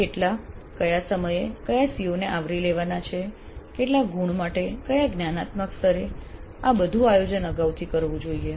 તો કેટલા કયા સમયે કયા CO ને આવરી લેવાના છે કેટલા ગુણ માટે કયા જ્ઞાનાત્મક સ્તરે આ બધું આયોજન અગાઉથી કરવું જોઈએ